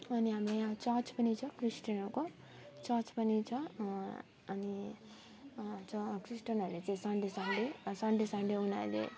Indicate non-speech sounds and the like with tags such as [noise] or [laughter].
अनि हाम्रो यहाँ चर्च पनि छ क्रिस्चियनहरूको चर्च पनि छ अनि [unintelligible] क्रिस्चियनहरूले चाहिँ सन्डे सन्डे सन्डे सन्डे उनीहरूले